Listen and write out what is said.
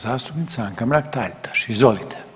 zastupnica Anka Mrak-Taritaš, izvolite.